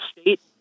state